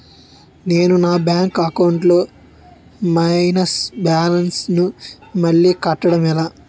నేను నా bank account లొ మైనస్ బాలన్స్ ను మళ్ళీ కట్టడం ఎలా?